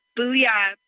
Booyah